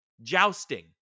jousting